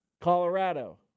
Colorado